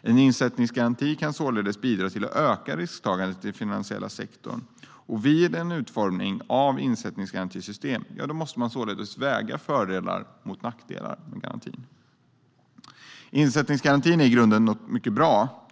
En insättningsgaranti kan således bidra till ökat risktagande i den finansiella sektorn. Vid utformningen av ett insättningsgarantisystem måste man således väga fördelar mot nackdelar med garantin. Insättningsgaranti är i grunden något mycket bra.